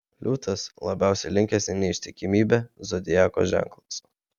liūtas labiausiai linkęs į neištikimybę zodiako ženklas